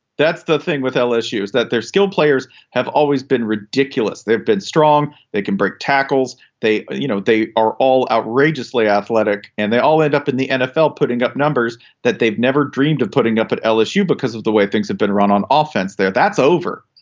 that's the thing with lsu is that their skill players have always been ridiculous. they've been strong. they can break tackles. they you know they are all outrageously athletic and they all end up in the nfl putting up numbers that they've never dreamed of putting up at lsu because of the way things have been run on offense there. that's over.